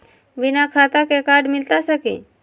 बिना खाता के कार्ड मिलता सकी?